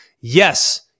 Yes